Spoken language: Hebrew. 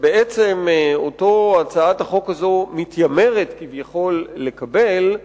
שבעצם אותו הצעת החוק מתיימרת כביכול לקבל,